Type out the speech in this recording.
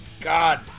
God